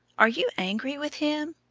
are you angry with him?